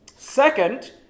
Second